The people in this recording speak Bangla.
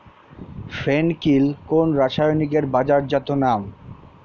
ফেন কিল কোন রাসায়নিকের বাজারজাত নাম?